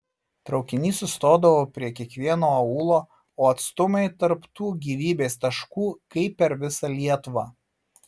traukinys sustodavo prie kiekvieno aūlo o atstumai tarp tų gyvybės taškų kaip per visą lietuvą